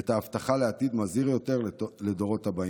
ואת ההבטחה לעתיד מזהיר יותר לדורות הבאים.